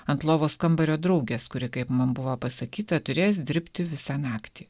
ant lovos kambario draugės kuri kaip man buvo pasakyta turės dirbti visą naktį